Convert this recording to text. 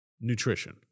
nutrition